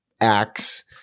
acts